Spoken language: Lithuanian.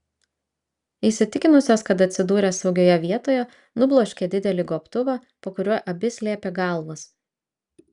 įsitikinusios kad atsidūrė saugioje vietoje nubloškė didelį gobtuvą po kuriuo abi slėpė galvas